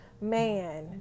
man